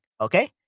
okay